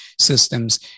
systems